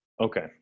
Okay